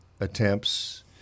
attempts